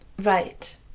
right